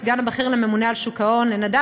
הסגן הבכיר לממונה על שוק ההון,